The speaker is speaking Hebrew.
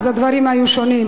אז הדברים היו שונים.